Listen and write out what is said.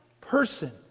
person